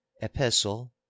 Epistle